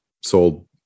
sold